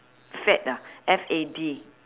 fad ah F A D